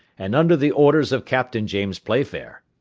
and under the orders of captain james playfair.